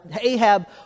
Ahab